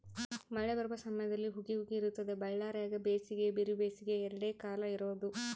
ಮಳೆ ಬರುವ ಸಮಯದಲ್ಲಿ ಹುಗಿ ಹುಗಿ ಇರುತ್ತದೆ ಬಳ್ಳಾರ್ಯಾಗ ಬೇಸಿಗೆ ಬಿರುಬೇಸಿಗೆ ಎರಡೇ ಕಾಲ ಇರೋದು